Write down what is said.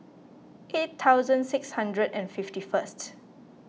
eight thousand six hundred and fifty first